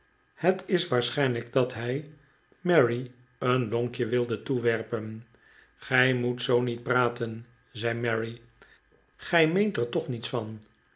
het is waarschijnlijk dat hij mary een lonkje wilde toewerpen gij moet zoo niet prateri zei mary gij meent er toch niets van